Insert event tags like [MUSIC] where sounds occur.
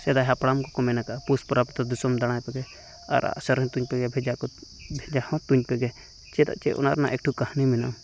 ᱥᱮᱫᱟᱭ ᱦᱟᱯᱲᱟᱢᱠᱚᱠᱚ ᱢᱮᱱ ᱟᱠᱟᱫᱟ ᱯᱩᱥ ᱯᱚᱨᱚᱵᱽ ᱛᱮ ᱫᱤᱥᱚᱢ ᱫᱟᱬᱟᱭᱯᱮᱜᱮ ᱟᱨ ᱟᱜᱼᱥᱟᱨᱦᱚᱸ ᱛᱩᱧᱯᱮᱜᱮ [UNINTELLIGIBLE] ᱵᱷᱮᱡᱟᱦᱚᱸ ᱛᱩᱧᱯᱮᱜᱮ ᱪᱮᱫ ᱪᱮᱫ ᱚᱱᱟ ᱨᱮᱱᱟᱜ ᱮᱠᱴᱩ ᱠᱟᱹᱦᱱᱤ ᱢᱮᱱᱟᱜᱼᱟ